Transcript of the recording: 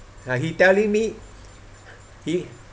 ah he telling me he